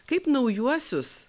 kaip naujuosius